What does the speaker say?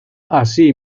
así